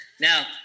Now